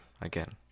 again